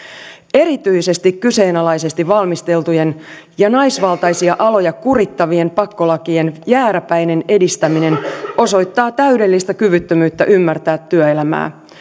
erityisesti kyseenalaisesti valmisteltujen ja naisvaltaisia aloja kurittavien pakkolakien jääräpäinen edistäminen osoittaa täydellistä kyvyttömyyttä ymmärtää työelämää